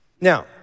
Now